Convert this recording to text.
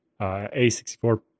A64